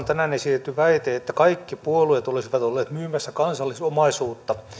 tänään esitetty väite että kaikki puolueet olisivat olleet myymässä kansallisomaisuutta